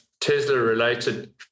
Tesla-related